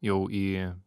jau į